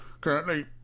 currently